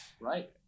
right